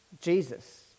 Jesus